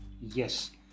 Yes